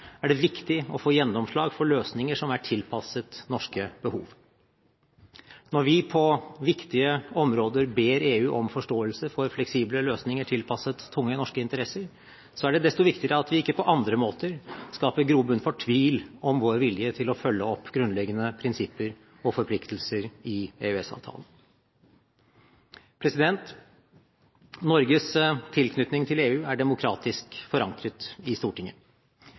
er det viktig å få gjennomslag for løsninger som er tilpasset norske behov. Når vi på viktige områder ber EU om forståelse for fleksible løsninger tilpasset tunge norske interesser, er det desto viktigere at vi ikke på andre måter skaper grobunn for tvil om vår vilje til å følge opp grunnleggende prinsipper og forpliktelser i EØS-avtalen. Norges tilknytning til EU er demokratisk forankret i Stortinget.